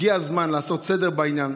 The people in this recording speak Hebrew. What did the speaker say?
הגיע הזמן לעשות סדר בעניין,